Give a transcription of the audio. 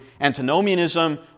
antinomianism